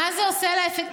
אני סופרת.